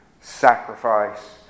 sacrifice